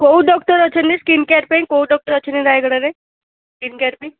କେଉଁ ଡକ୍ଟର୍ ଅଛନ୍ତି skin care ପାଇଁ କେଉଁ ଡକ୍ଟର୍ ଅଛନ୍ତି ରାୟଗଡ଼ାରେ ସ୍କିନ୍ କେୟାର୍ ପାଇଁ